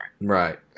Right